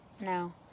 No